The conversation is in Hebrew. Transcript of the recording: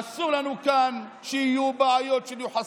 אסור לנו כאן שיהיו בעיות של יוחסין.